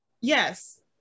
Yes